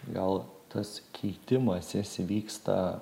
gal tas keitimasis vyksta